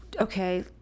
okay